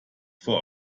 vor